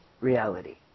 reality